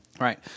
Right